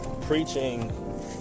preaching